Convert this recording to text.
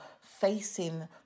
facing